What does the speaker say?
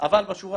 אבל בשורה